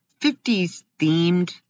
50s-themed